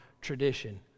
tradition